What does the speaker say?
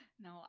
no